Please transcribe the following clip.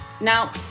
Now